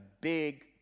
big